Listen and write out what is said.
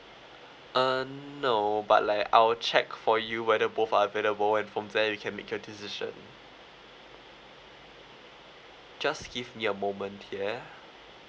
uh no but like I will check for you whether both are available and from there you can make a decision just give me a moment ya